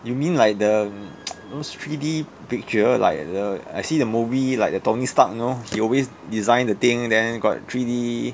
you mean like the those three D picture like the I see the movie like the tony stark you know he always design the thing then got three D